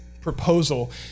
proposal